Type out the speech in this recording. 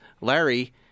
Larry